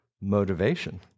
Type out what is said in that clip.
Motivation